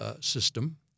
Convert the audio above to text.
system